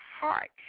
heart